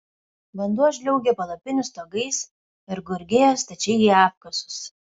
vanduo žliaugė palapinių stogais ir gurgėjo stačiai į apkasus